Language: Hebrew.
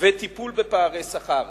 וטיפול בפערי שכר